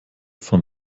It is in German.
von